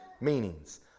meanings